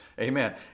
Amen